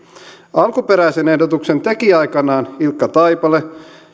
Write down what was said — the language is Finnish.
alkuperäisen ehdotuksen teki aikanaan ilkka taipale